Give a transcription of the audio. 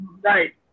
right